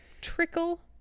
trickle